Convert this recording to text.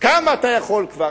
כמה אתה יכול כבר?